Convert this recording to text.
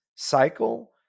Cycle